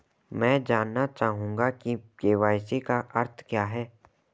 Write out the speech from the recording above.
मैं जानना चाहूंगा कि के.वाई.सी का अर्थ क्या है?